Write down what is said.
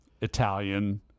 Italian